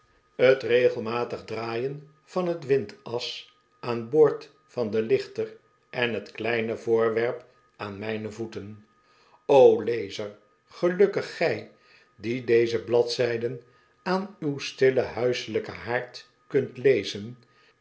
t regelmatig draaien van t windas aan boord van den lichter en t kleine voorwerp aan mijne voeten o lezer gelukkig gij die deze bladzijden aan uw stillen huiselijken haard kunt lezen